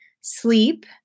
sleep